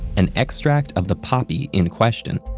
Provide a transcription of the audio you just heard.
an extract of the poppy in question,